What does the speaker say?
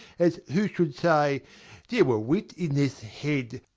as who should say there were wit in this head,